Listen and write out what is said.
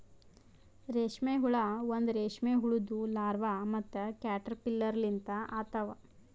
ರೇಷ್ಮೆ ಹುಳ ಒಂದ್ ರೇಷ್ಮೆ ಹುಳುದು ಲಾರ್ವಾ ಮತ್ತ ಕ್ಯಾಟರ್ಪಿಲ್ಲರ್ ಲಿಂತ ಆತವ್